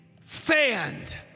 fanned